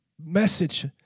message